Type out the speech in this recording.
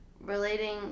relating